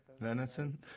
venison